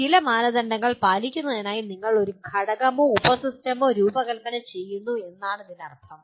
ചില മാനദണ്ഡങ്ങൾ പാലിക്കുന്നതിനായി നിങ്ങൾ ഒരു ഘടകമോ ഉപസിസ്റ്റമോ രൂപകൽപ്പന ചെയ്യുന്നു എന്നാണ് ഇതിനർത്ഥം